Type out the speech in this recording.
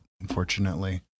Unfortunately